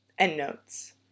Endnotes